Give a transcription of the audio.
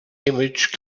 image